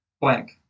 blank